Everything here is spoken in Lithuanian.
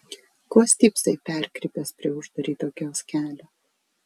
ko stypsai perkrypęs prie uždaryto kioskelio